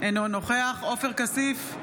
אינו נוכח עופר כסיף,